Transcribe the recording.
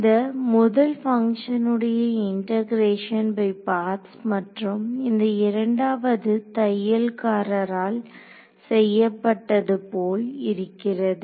இந்த முதல் பங்க்ஷனுடைய இண்டெகரேஷன் பை பார்ட்ஸ் மற்றும் இந்த இரண்டாவதும் தையல்காரரால் செய்யப்பட்டது போல் இருக்கிறது